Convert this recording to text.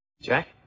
Jack